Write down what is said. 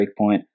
Breakpoint